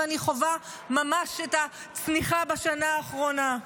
ואני חווה ממש את הצניחה בשנה האחרונה,